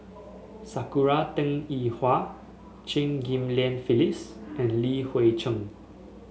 Sakura Teng Ying Hua Chew Ghim Lian Phyllis and Li Hui Cheng